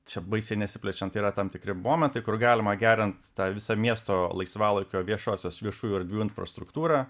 čia baisiai nesiplečiant yra tam tikri momentai kur galima gerint tą visą miesto laisvalaikio viešosios viešųjų erdvių infrastruktūrą